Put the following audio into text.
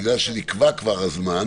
בגלל שנקבע כבר הזמן